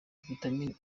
vitamine